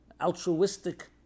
altruistic